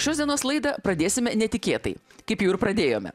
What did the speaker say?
šios dienos laidą pradėsime netikėtai kaip jau ir pradėjome